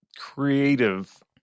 creative